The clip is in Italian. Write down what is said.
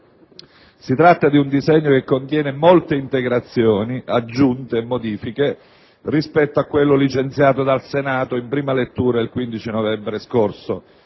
Si tratta di un testo che contiene molte integrazioni, aggiunte e modifiche rispetto a quello licenziato dal Senato in prima lettura il 15 novembre scorso.